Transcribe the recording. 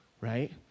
right